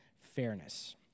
fairness